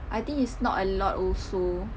I think is not a lot also